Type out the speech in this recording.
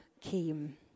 came